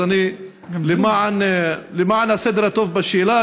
אז למען הסדר הטוב בשאלה,